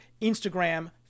Instagram